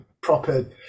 proper